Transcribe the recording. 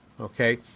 Okay